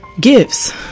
gifts